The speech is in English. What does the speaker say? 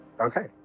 Okay